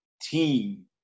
team